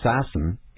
assassin